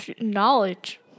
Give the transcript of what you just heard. Knowledge